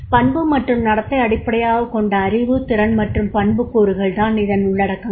பண்பு மற்றும் நடத்தை அடிப்படையாகக் கொண்ட அறிவு திறன் மற்றும் பண்புக்கூறுகள் தான் இதன் உள்ளடக்கங்கள்